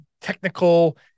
technical